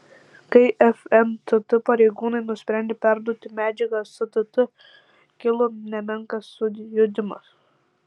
kai fntt pareigūnai nusprendė perduoti medžiagą stt kilo nemenkas sujudimas